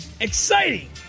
exciting